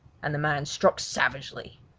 and the man struck savagely.